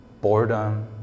boredom